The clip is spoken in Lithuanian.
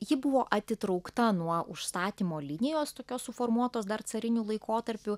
ji buvo atitraukta nuo užstatymo linijos tokios suformuotos dar cariniu laikotarpiu